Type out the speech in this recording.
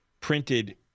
printed